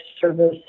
service